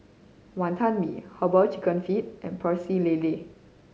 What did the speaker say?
Wantan Mee Herbal Chicken Feet and Pecel Lele